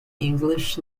english